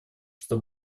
что